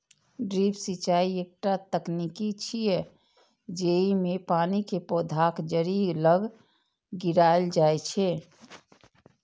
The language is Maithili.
ड्रिप सिंचाइ एकटा तकनीक छियै, जेइमे पानि कें पौधाक जड़ि लग गिरायल जाइ छै